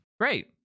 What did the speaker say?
Great